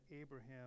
Abraham